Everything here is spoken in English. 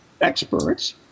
experts